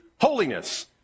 Holiness